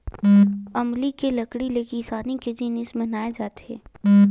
अमली के लकड़ी ले किसानी के जिनिस बनाए जाथे